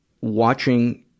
watching